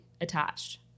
attached